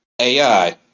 AI